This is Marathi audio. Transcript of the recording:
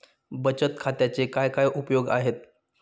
बचत खात्याचे काय काय उपयोग आहेत?